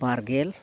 ᱵᱟᱨᱜᱮᱞ